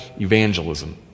evangelism